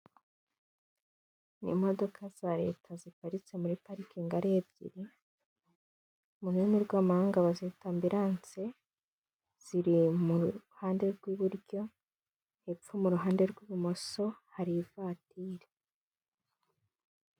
Ni imodoka za leta ziparitse muri parikingi ari ebyiri, mu rurimi rw'amahanga bazita ambiranse, ziri muruhande rw'iburyo, hepfo mu ruhande rw'ibumoso hari ivatiri.